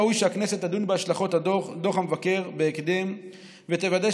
ראוי שהכנסת תדון בהשלכות דוח המבקר בהקדם ותוודא